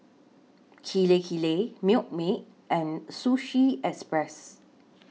Kirei Kirei Milkmaid and Sushi Express